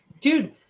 Dude